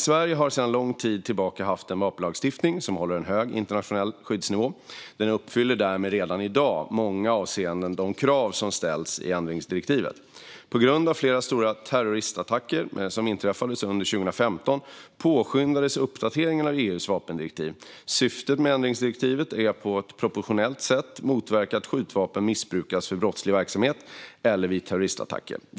Sverige har sedan lång tid tillbaka haft en vapenlagstiftning som håller en hög internationell skyddsnivå. Den uppfyller därmed redan i dag i många avseenden de krav som ställs i ändringsdirektivet. På grund av flera stora terroristattacker som inträffade under 2015 påskyndades uppdateringen av EU:s vapendirektiv. Syftet med ändringsdirektivet är att på ett proportionellt sätt motverka att skjutvapen missbrukas för brottslig verksamhet eller vid terroristattacker.